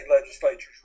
legislatures